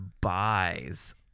buys